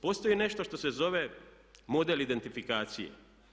Postoji nešto što se zove model identifikacije.